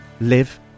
live